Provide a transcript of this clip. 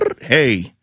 Hey